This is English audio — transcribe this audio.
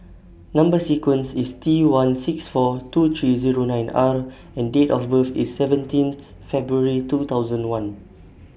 Number sequence IS T one six four two three nine R and Date of birth IS seventeenth February two thousand one